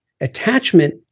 attachment